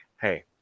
Hey